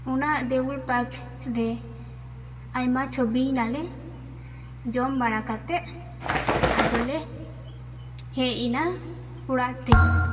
ᱚᱱᱟ ᱫᱮᱣᱩᱞ ᱯᱟᱨᱠ ᱨᱮ ᱟᱭᱢᱟ ᱪᱷᱚᱵᱤ ᱮᱱᱟᱞᱮ ᱡᱚᱢ ᱵᱟᱲᱟ ᱠᱟᱛᱮᱫ ᱟᱫᱚᱞᱮ ᱦᱮᱡ ᱮᱱᱟ ᱚᱲᱟᱜ ᱛᱮ